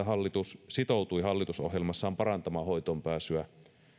hallitus sitoutui hallitusohjelmassaan parantamaan hoitoonpääsyä